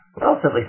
relatively